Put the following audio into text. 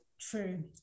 True